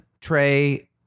tray